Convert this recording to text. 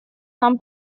сам